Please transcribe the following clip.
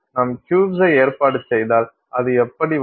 நாம் க்யூப்ஸை ஏற்பாடு செய்தால் அது எப்படி வரும்